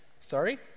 sorry